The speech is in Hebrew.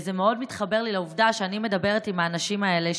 וזה מאוד מתחבר לי לעובדה שאני מדברת עם האנשים האלה,